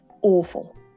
awful